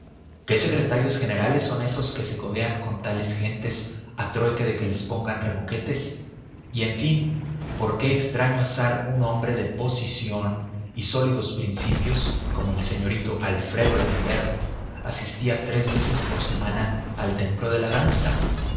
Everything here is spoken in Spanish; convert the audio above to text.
qué secretarios generales son esos que se codean con tales gentes a trueque de que les pongan remoquetes y en fin por qué extraño azar un hombre de posición y sólidos principios como el señorito alfredo l'ambert asistía tres veces por semana al templo de la danza